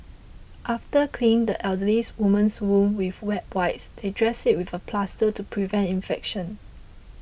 after cleaning the elderly woman's wound with wet wipes they dressed it with a plaster to prevent infection